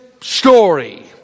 story